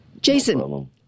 Jason